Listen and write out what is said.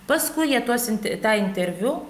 paskui jie tuos inter tą interviu